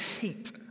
hate